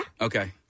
Okay